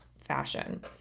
fashion